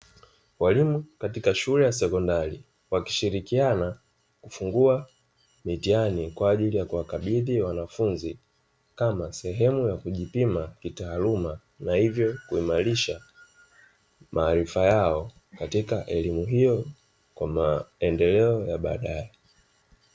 Walimu katika shule ya sekondari wakishirikiana kufungua mitihani kwa ajili ya kuwakabidhi wanafunzi kama sehemu ya kujipima kitaaluma, na hivyo kuimarisha maarifa hayo katika elimu hiyo kwa maendeleo ya badae.